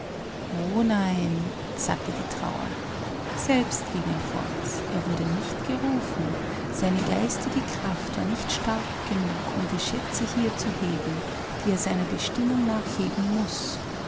o nein sagte die trauer selbst ging er fort er wurde nicht gerufen seine geistige kraft war nicht stark genug um die schätze hier zu heben die er seiner bestimmung nach heben muß